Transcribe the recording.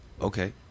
Okay